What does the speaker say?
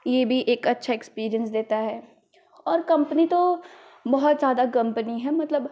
ये भी एक अच्छा एक्सपीरियंस देता है और कंपनी तो बहुत ज़्यादा कंपनी है मतलब